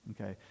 okay